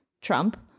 trump